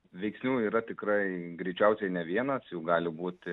veiksnių yra tikrai greičiausiai ne vienas jų gali būti